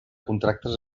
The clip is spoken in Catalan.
contractes